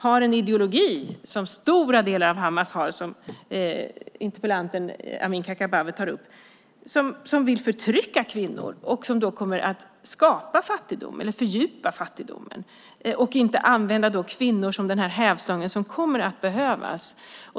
Den ideologi som stora delar av Hamas har och som interpellanten Amineh Kakabaveh tar upp handlar om att förtrycka kvinnor och kommer att fördjupa fattigdomen genom att man inte använder kvinnor som den hävstång som kommer att behövas.